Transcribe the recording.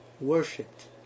worshipped